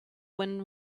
when